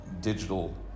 digital